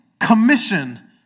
commission